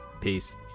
Peace